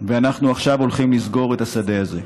ועכשיו אנחנו הולכים לסגור את השדה הזה.